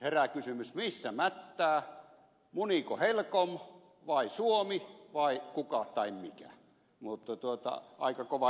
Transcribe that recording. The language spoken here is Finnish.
herää kysymys missä mättää muniiko helcom vai suomi vai kuka tai mikä mutta aika kova juttu